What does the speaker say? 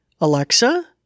Alexa